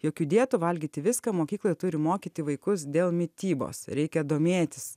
jokių dietų valgyti viską mokykloj turi mokyti vaikus dėl mitybos reikia domėtis